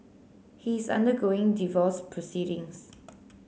he is undergoing divorce proceedings